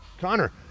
Connor